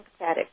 empathetic